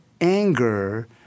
anger